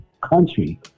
country